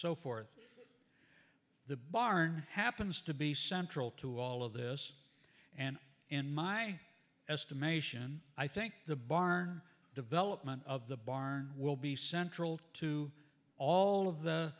so forth the barn happens to be central to all of this and in my estimation i think the barn development of the barn will be central to all of the